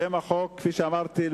לשם החוק, כפי שאמרתי,